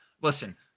Listen